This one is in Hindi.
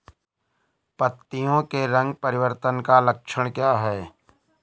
पत्तियों के रंग परिवर्तन का लक्षण क्या है?